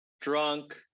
drunk